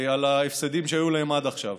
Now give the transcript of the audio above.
על ההפסדים שהיו להם עד עכשיו.